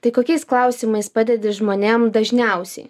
tai kokiais klausimais padedi žmonėm dažniausiai